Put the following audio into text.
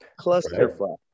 clusterfuck